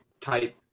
type